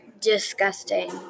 disgusting